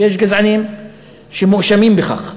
ויש גזענים שמואשמים בכך.